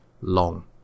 long